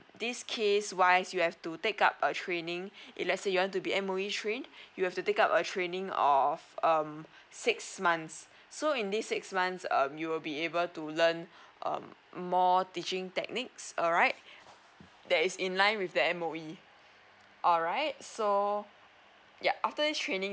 this case wise you have to take up a training if let's say you want to be M_O_E train you have to take up a training of um six months so in this six months um you will be able to learn um more teaching techniques alright that is in line with the M_O_E alright so yup after this training